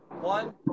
one